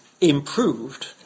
improved